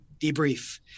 debrief